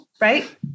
right